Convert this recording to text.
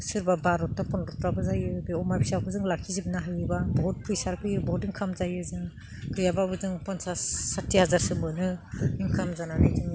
सोरबा बार'ता पन्द्र'ताबो जायो बे अमा फिसाखौ जों लाखिजोबनो हायोबा बहुत फैसा फैयो बहत इनकाम जायो जों गैयाबाबो जों पन्सास साथि हाजारसो मोनो इनकाम जानानै